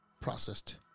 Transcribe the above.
processed